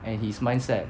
and his mindset